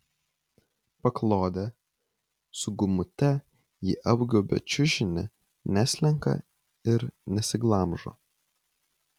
paklodė su gumute ji apgaubia čiužinį neslenka ir nesiglamžo